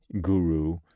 guru